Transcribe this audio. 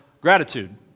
gratitude